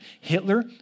Hitler